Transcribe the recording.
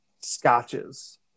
scotches